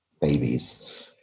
babies